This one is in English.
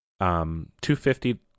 $250